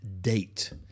date